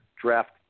draft